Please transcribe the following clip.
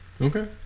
Okay